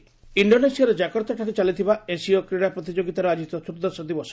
Asian Games ଇଣ୍ଡୋନେସିଆର ଜାକର୍ତ୍ତାଠାରେ ଚାଲିଥିବା ଏସୀୟ କ୍ରୀଡ଼ା ପ୍ରତିଯୋଗିତାର ଆଜି ଚତୁର୍ଦ୍ଦଶ ଦିବସ